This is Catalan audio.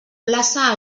plaça